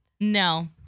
No